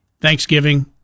Thanksgiving